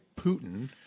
Putin